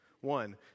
One